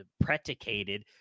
predicated